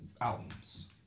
albums